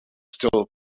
still